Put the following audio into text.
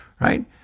right